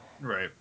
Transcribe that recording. Right